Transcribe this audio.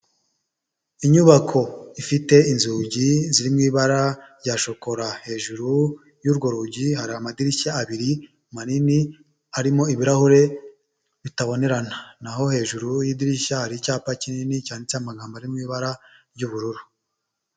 Inyubako ifite inzugi ziri mu ibara rya shokora. Hejuru y'urwo rugi hari amadirishya abiri manini, arimo ibirahure bitabonerana. Naho hejuru y'idirishya hari icyapa kinini, cyanditseho amagambo ari mu ibara ry'ubururu.